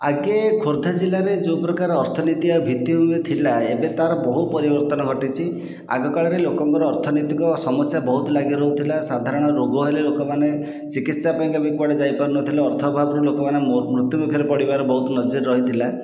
ଆଗେ ଖୋର୍ଦ୍ଧା ଜିଲ୍ଲାରେ ଯେଉଁ ପ୍ରକାର ଅର୍ଥନୀତି ଓ ଭିତ୍ତିଭୂମି ଥିଲା ଏବେ ତାର ବହୁ ପରିବର୍ତ୍ତନ ଘଟିଛି ଆଗକାଳରେ ଲୋକଙ୍କର ଅର୍ଥନୀତିକ ସମସ୍ୟା ବହୁତ ଲାଗି ରହୁଥିଲା ସାଧାରଣ ରୋଗ ହେଲେ ଲୋକମାନେ ଚିକିତ୍ସା ପାଇଁକା ବି କୁଆଡ଼େ ଯାଇପାରୁ ନଥିଲେ ଅର୍ଥ ଅଭାବରୁ ଲୋକମାନେ ମୃତ୍ୟୁ ମୁଖରେ ପଡ଼ିବାରେ ବହୁତ ମଝିରେ ରହିଥିଲା